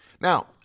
Now